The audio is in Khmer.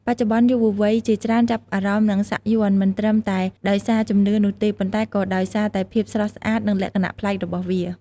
បច្ចុប្បន្ន យុវវ័យជាច្រើនចាប់អារម្មណ៍នឹងសាក់យ័ន្ត មិនត្រឹមតែដោយសារជំនឿនោះទេ ប៉ុន្តែក៏ដោយសារតែភាពស្រស់ស្អាត និងលក្ខណៈប្លែករបស់វា។